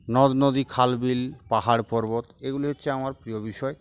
নদ নদী খাল বিল পাহাড় পর্বত এগুলি হচ্ছে আমার প্রিয় বিষয়